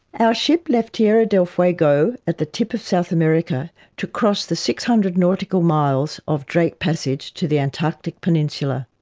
our ship left tierra del fuego at the tip of south america to cross the six hundred nautical miles of drake passage to the antarctic peninsula.